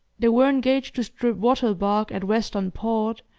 they were engaged to strip wattle bark at western port,